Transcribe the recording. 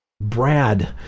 brad